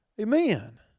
Amen